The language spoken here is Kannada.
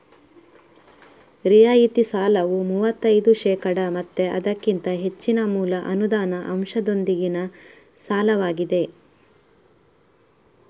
ರಿಯಾಯಿತಿ ಸಾಲವು ಮೂವತ್ತೈದು ಶೇಕಡಾ ಮತ್ತೆ ಅದಕ್ಕಿಂತ ಹೆಚ್ಚಿನ ಮೂಲ ಅನುದಾನ ಅಂಶದೊಂದಿಗಿನ ಸಾಲವಾಗಿದೆ